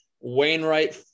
Wainwright